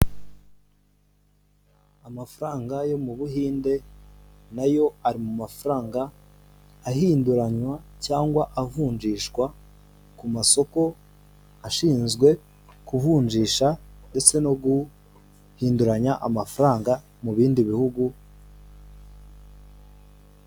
Amafaranga yo mu Buhinde nayo ari mu mafaranga ahinduranywa cyangwa avunjishwa ku masoko ashinzwe kuvunjisha ndetse no guhinduranya amafaranga mu bindi bihugu.